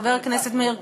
חבר הכנסת מאיר כהן,